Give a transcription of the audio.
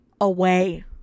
away